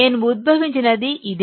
నేను ఉద్భవించినది ఇదే